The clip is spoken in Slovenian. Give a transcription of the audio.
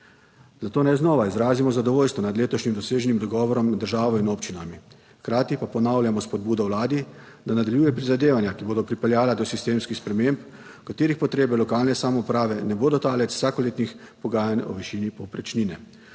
Zato naj znova izrazimo zadovoljstvo nad letošnjim doseženim dogovorom med državo in občinami, hkrati pa ponavljamo spodbudo Vladi, da nadaljuje prizadevanja, ki bodo pripeljala do sistemskih sprememb, katerih potrebe lokalne samouprave ne bodo talec vsakoletnih pogajanj o višini povprečnine.